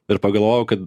ir pagalvojau kad